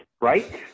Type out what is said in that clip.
right